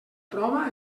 prova